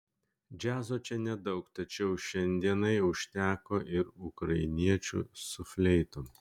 džiazo čia nedaug tačiau šiandienai užteko ir ukrainiečių su fleitom